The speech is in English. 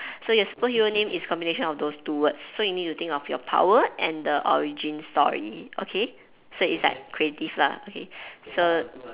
so your superhero name is a combination of those two words so you need to think of your power and the origin story okay so it's like creative lah okay so